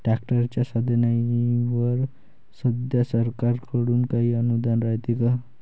ट्रॅक्टरच्या साधनाईवर सध्या सरकार कडून काही अनुदान रायते का?